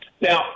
Now